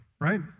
right